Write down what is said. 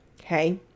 okay